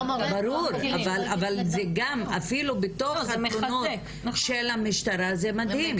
גם לפי הנתונים של המשטרה זה מדהים.